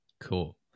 Cool